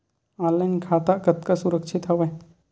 Online खाता कतका सुरक्षित हवय?